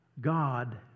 God